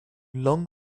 long